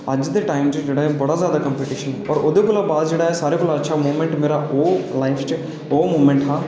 अज्ज दे टाइम च जेह्ड़ा ऐ बड़ा गै कॉम्पेटीशन और ओह्दे शा बद्ध सारें शा अच्छा मीमैंट ओह् हा लाईफ च